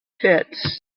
pits